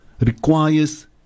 requires